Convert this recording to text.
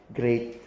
great